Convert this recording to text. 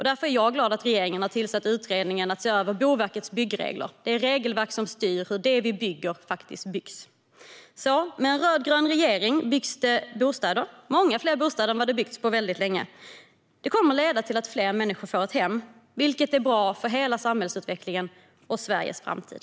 Därför är jag glad att regeringen har tillsatt utredningen som ska se över Boverkets byggregler. Det är de regelverk som styr hur det vi bygger faktiskt byggs. Med en rödgrön regering byggs det bostäder, många fler bostäder än det byggts på väldigt länge. Det kommer att leda till att fler människor kommer att få ett hem, vilket är bra för hela samhällsutvecklingen och Sveriges framtid.